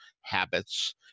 habits